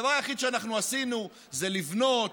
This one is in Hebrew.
הדבר היחיד שאנחנו עשינו זה לבנות,